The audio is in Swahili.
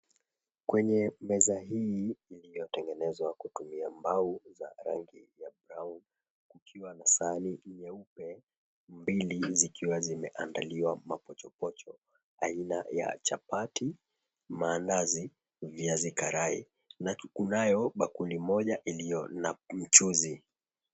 Kwenye meza hii iliyotengenezwa kutumia mbao za rangi ya brown kukiwa na sahani nyeupe mbili zikiwa zimeandaliwa mapochopocho aina ya chapati, maandazi, viazi karai na kunayo bakuli moja iliyo na mchuzi.